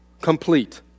complete